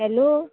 hello